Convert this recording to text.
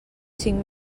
cinc